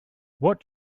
what